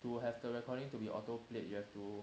to have the recording to be auto played you have to